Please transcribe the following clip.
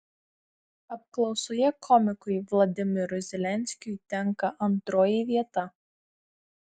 apklausoje komikui vladimirui zelenskiui tenka antroji vieta